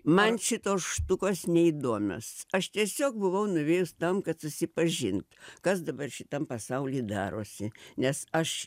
man šitos štukos neįdomios aš tiesiog buvau nuėjus tam kad susipažint kas dabar šitam pasauly darosi nes aš